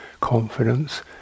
confidence